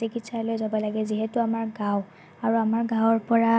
চিকিৎসালয় যাব লাগে যিহেতু আমাৰ গাঁও আৰু আমাৰ গাঁৱৰ পৰা